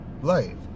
life